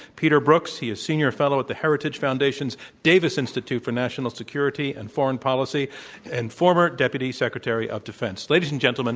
peter brookes. he is senior fellow at the heritage foundation's davis institute for national security and foreign policy and former deputy secretary of defense. ladies and gentlemen,